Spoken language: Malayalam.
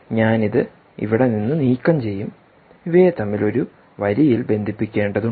ഞാൻ ഇത് ഇവിടെ നിന്ന് നീക്കം ചെയ്യും ഇവയെ തമ്മിൽ ഒരു വരിയിൽ ബന്ധിപ്പിക്കേണ്ടതുണ്ട്